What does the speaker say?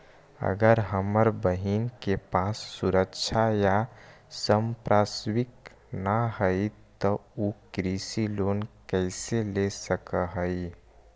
अगर हमर बहिन के पास सुरक्षा या संपार्श्विक ना हई त उ कृषि लोन कईसे ले सक हई?